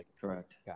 Correct